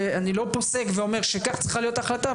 אני לא פוסק ואומר שכך צריכה להיות ההחלטה,